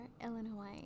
Illinois